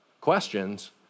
questions